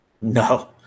No